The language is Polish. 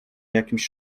jakimś